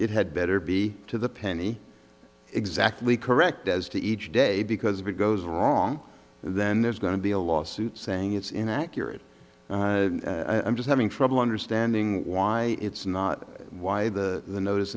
it had better be to the penny exactly correct as to each day because if it goes wrong then there's going to be a lawsuit saying it's inaccurate i'm just having trouble understanding why it's not why the the no